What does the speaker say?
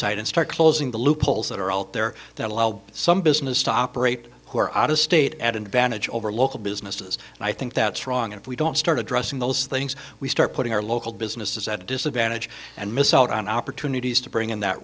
side and start closing the loopholes that are out there that allow some business to operate who are out of state advantage over local businesses and i think that's wrong and if we don't start addressing those things we start putting our local businesses at a disadvantage and miss out on opportunities to bring in that